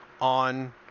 on